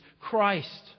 Christ